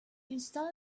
install